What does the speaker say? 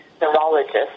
neurologist